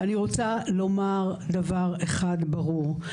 אני רוצה לומר דבר אחד ברור.